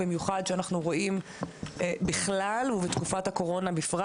במיוחד שאנחנו רואים בכלל ובתקופת הקורונה בפרט